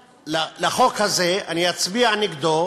אני אצביע נגדו